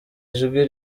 ijwi